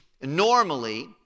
normally